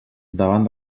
davant